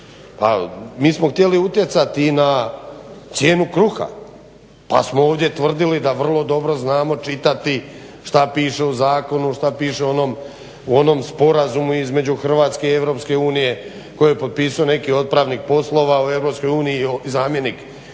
Mi smo htjeli utjecati i na cijenu kruha pa smo ovdje tvrdili da vrlo dobro znamo čitati šta piše u zakonu, šta piše u onom sporazumu između Hrvatske i EU koje je potpisao neki otpravnik poslova u EU i zamjenik ministrice